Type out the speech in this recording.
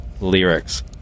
lyrics